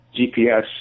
GPS